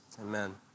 amen